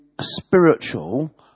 spiritual